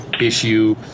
issue